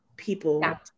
people